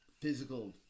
physical